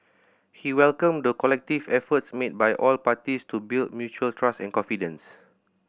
he welcomed the collective efforts made by all parties to build mutual trust and confidence